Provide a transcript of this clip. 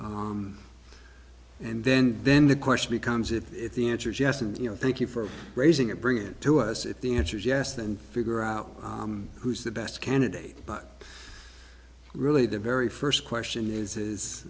position and then then the question becomes if the answer is yes and you know thank you for raising it bring it to us if the answer is yes then figure out who's the best candidate but really the very first question is is